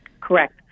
Correct